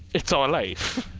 it's our life